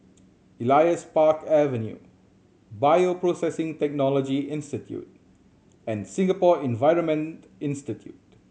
Elias Park Avenue Bioprocessing Technology Institute and Singapore Environment Institute